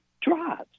drives